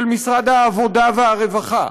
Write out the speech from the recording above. של משרד העבודה והרווחה,